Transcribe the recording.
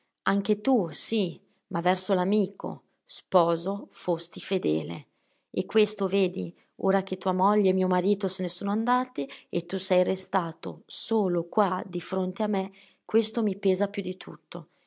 anche tu sì ma verso l'amico sposo fosti fedele e questo vedi ora che tua moglie e mio marito se ne sono andati e tu sei restato solo qua di fronte a me questo mi pesa più di tutto